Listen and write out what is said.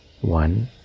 One